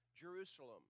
Jerusalem